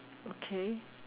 okay